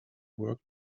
work